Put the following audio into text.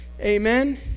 Amen